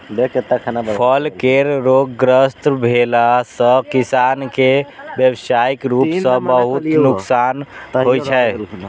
फल केर रोगग्रस्त भेला सं किसान कें व्यावसायिक रूप सं बहुत नुकसान होइ छै